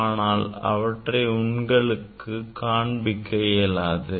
ஆனால் அவற்றை உங்களுக்கு காண்பிக்க இயலாது